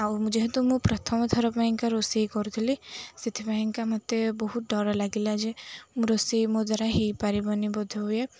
ଆଉ ମୁଁ ଯେହେତୁ ମୁଁ ପ୍ରଥମଥର ପାଇଁକା ରୋଷେଇ କରୁଥିଲି ସେଥିପାଇଁକା ମୋତେ ବହୁତ ଡର ଲାଗିଲା ଯେ ମୁଁ ରୋଷେଇ ମୋ ଦ୍ୱାରା ହେଇପାରିବନି ବୋଧ ହୁଏ